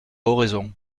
oraison